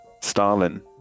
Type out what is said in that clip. Stalin